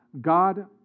God